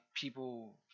people